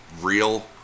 real